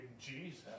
Jesus